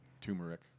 turmeric